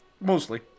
Mostly